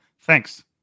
thanks